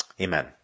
Amen